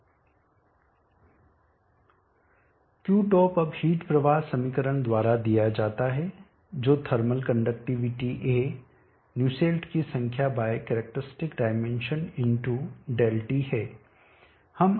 Qtop अब heat प्रवाह समीकरण द्वारा दिया जाता है जो थर्मल कंडक्टिविटी A न्यूसेल्ट की संख्या बाय कैरेक्टरिस्टिक डायमेंशन ΔT है